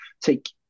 take